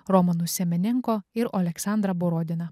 romanu semenenko ir oleksandra borodina